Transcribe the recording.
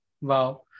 Wow